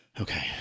Okay